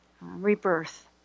rebirth